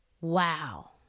Wow